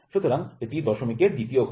সুতরাং এটি দশমিকের দ্বিতীয় ঘর